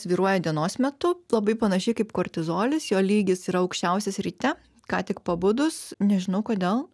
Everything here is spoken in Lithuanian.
svyruoja dienos metu labai panašiai kaip kortizolis jo lygis yra aukščiausias ryte ką tik pabudus nežinau kodėl